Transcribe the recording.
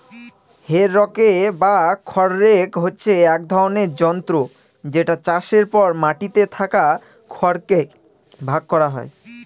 হে রকে বা খড় রেক হচ্ছে এক ধরনের যন্ত্র যেটা চাষের পর মাটিতে থাকা খড় কে ভাগ করা হয়